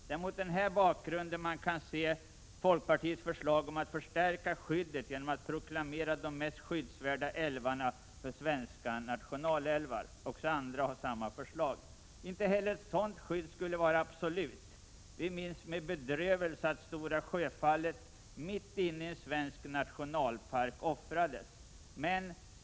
Det är mot denna bakgrund som man kan se folkpartiets förslag om att förstärka skyddet genom att proklamera de mest skyddsvärda älvarna som svenska nationalälvar. Det finns också andra som föreslår samma sak. Men inte heller ett sådant skydd skulle vara absolut. Vi minns med bedrövelse hur Stora sjöfallet — mitt inne i en svensk nationalpark — offrades.